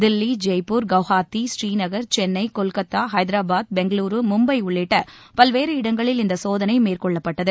தில்லி ஜெய்ப்பூர் கல்ஹாத்தி ஸ்ரீநகர் சென்னை கொல்கத்தா ஹைதராபாத் பெங்களுரு மும்பை உள்ளிட்ட பல்வேறு இடங்களில் இந்த சோதனை மேற்கொள்ளப்பட்டது